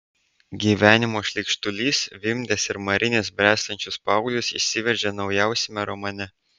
gyvenimo šleikštulys vimdęs ir marinęs bręstančius paauglius išsiveržė naujausiame romane